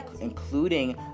including